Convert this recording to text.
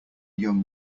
young